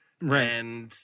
Right